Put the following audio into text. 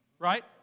Right